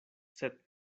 sed